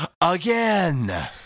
again